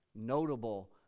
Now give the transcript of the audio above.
notable